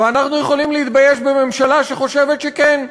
אנחנו יכולים להתבייש בממשלה שחושבת שכן,